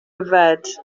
yfed